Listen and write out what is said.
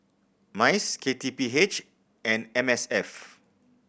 MICE K T P H and M S F